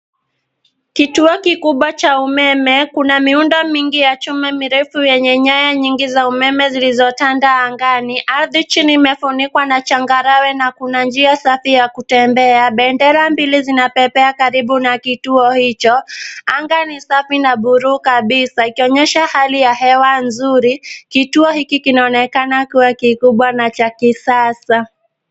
Kituo kikubwa cha umeme. Kuna miundo mingi ya chuma mirefu yenye nyaya nyingi za umeme zilizotanda angani. Ardhi chini imefunikwa na changarawe na kuna njia safi ya kutembea. Bendera mbili zinapepea karibu na kituo hicho. Anga ni safi na buluu kabisa ikionyesha hali ya hewa nzuri. Kituo hiki kinaonekana kuwa kikubwa na cha kisasa.